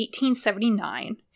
1879